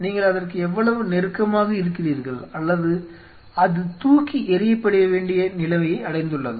நீங்கள் அதற்கு எவ்வளவு நெருக்கமாக இருக்கிறீர்கள் அல்லது அது தூக்கி எறியப்பட வேண்டிய நிலையை அடைந்துள்ளதா